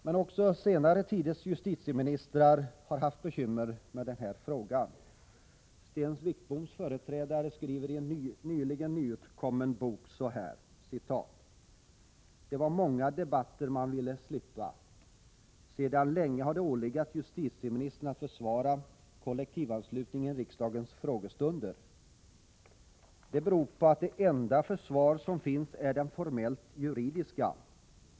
Men även senare tiders justitieministrar har haft bekymmer med frågan. Sten Wickboms närmaste företrädare skriver i en nyligen utkommen bok: ”Det är många debatter man vill slippa. Sedan länge har det ålegat justitieministern att försvara kollektivanslutningen i riksdagens frågestunder. Det beror på att det enda försvar som finns är det formellt juridiska.